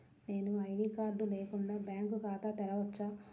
నేను ID card లేకుండా bank ఖాతా తెరవచ్చా?